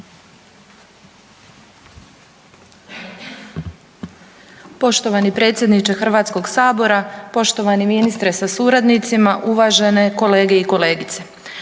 Poštovani predsjedniče HS-a, poštovani ministre sa suradnicima, uvažene kolegice i kolege.